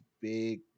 big